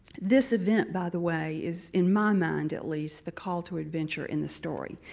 this event, by the way, is in my mind at least the call to adventure in the story.